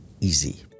easy